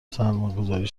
سرمایهگذاری